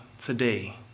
today